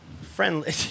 Friendly